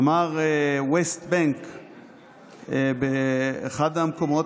אמר West Bank באחד המקומות,